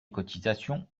cotisations